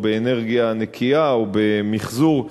באנרגיה נקייה או במיחזור.